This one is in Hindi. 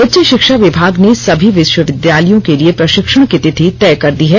उच्च शिक्षा विभाग ने सभी विश्वविद्यालय के लिए प्रशिक्षण की तिथि तय कर दी है